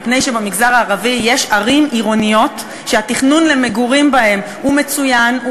מפני שבמגזר הערבי יש ערים שהתכנון למגורים בהן הוא מצוין,